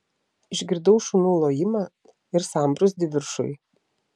išgirdau šunų lojimą ir sambrūzdį viršuj